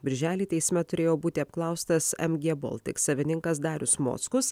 birželį teisme turėjo būti apklaustas mg baltic savininkas darius mockus